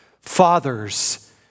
Fathers